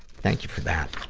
thank you for that.